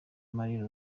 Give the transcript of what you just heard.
amarira